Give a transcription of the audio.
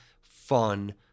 fun